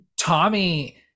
Tommy